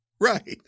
Right